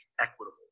equitable